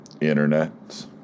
Internet